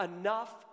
enough